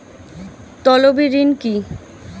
তলবি ঋণ কি?